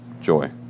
joy